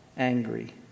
angry